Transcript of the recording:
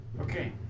Okay